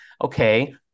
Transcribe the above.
Okay